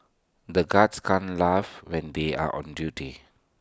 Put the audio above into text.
the guards can't laugh when they are on duty